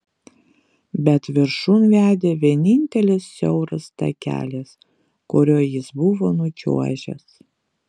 bet viršun vedė vienintelis siauras takelis kuriuo jis buvo nučiuožęs